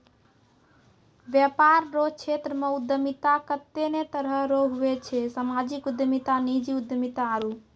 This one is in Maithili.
वेपार रो क्षेत्रमे उद्यमिता कत्ते ने तरह रो हुवै छै सामाजिक उद्यमिता नीजी उद्यमिता आरु